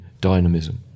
dynamism